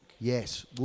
Yes